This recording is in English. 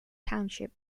township